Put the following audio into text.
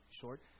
short